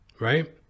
right